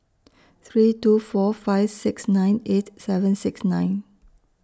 three two four five six nine eight seven six nine